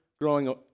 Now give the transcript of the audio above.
Growing